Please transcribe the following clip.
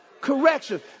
Correction